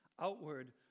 outward